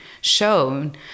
shown